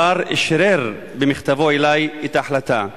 השר אשרר במכתבו אלי את ההחלטה.